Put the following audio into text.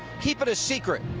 keep it a secret.